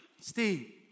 Steve